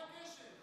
מה הקשר?